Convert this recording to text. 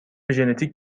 ژنتیک